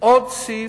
עוד סעיף,